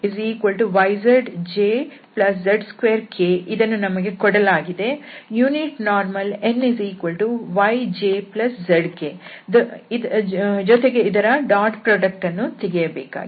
Fyzjz2k ಇದನ್ನು ನಮಗೆ ಕೊಡಲಾಗಿದೆ ಏಕಾಂಶ ಲಂಬ n yjzk ಜೊತೆಗೆ ಇದರ ಡಾಟ್ ಪ್ರೋಡಕ್ಟ್ ತೆಗೆಯಬೇಕಾಗಿದೆ